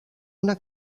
una